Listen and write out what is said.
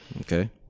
Okay